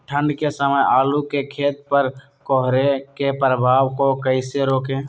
ठंढ के समय आलू के खेत पर कोहरे के प्रभाव को कैसे रोके?